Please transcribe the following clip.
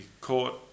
court